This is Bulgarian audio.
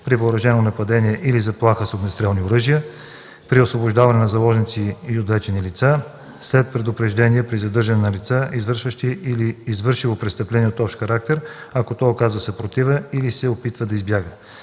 при въоръжено нападение или заплаха с огнестрелни оръжия; при освобождаване на заложници и отвлечени лица; след предупреждение при задържане на лице, извършващо или извършило престъпление от общ характер, ако то оказва съпротива или се опитва да избяга;